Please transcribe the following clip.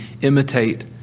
imitate